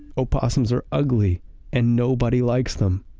opossums are ugly and nobody likes them!